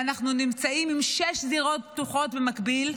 ואנחנו נמצאים עם שש זירות פתוחות במקביל,